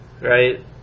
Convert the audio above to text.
right